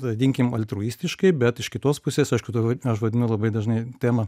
vadinkim altruistiškai bet iš kitos pusės aišku dabar aš vadinu labai dažnai temą